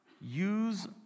Use